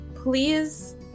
Please